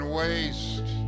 waste